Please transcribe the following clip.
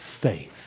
faith